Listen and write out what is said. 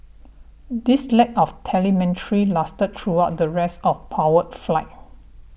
this lack of telemetry lasted throughout the rest of powered flight